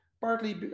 Partly